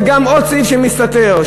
זה עוד סעיף שמסתתר,